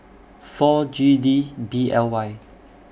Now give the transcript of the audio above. four G D B L Y